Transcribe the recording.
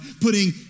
putting